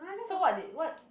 so what did what